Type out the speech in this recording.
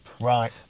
right